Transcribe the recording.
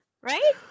Right